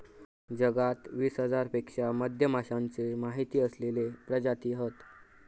जगात वीस हजारांपेक्षा मधमाश्यांचे माहिती असलेले प्रजाती हत